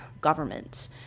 government